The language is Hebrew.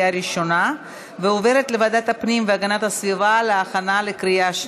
לוועדת הפנים והגנת הסביבה נתקבלה.